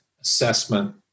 assessment